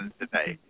today